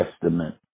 Testament